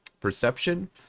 perception